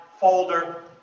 folder